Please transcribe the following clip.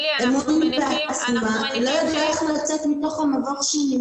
היא לא יודעת איך לצאת מתוך המבוך.